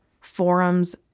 forums